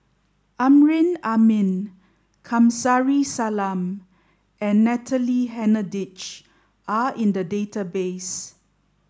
Amrin Amin Kamsari Salam and Natalie Hennedige are in the database